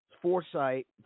foresight